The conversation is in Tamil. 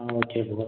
ah okay bro